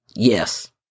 Yes